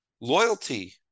Loyalty